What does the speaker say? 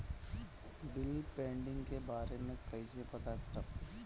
Bill pending के बारे में कईसे पता करब?